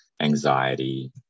anxiety